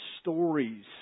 stories